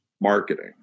marketing